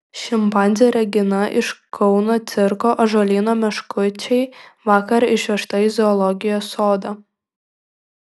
šimpanzė regina iš kauno cirko ąžuolyno meškučiai vakar išvežta į zoologijos sodą